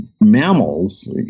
mammals